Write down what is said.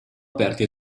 aperti